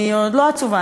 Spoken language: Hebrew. אני עוד לא עצובה,